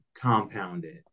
compounded